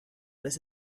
was